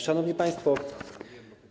Szanowni Państwo!